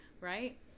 right